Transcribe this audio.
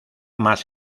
más